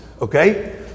okay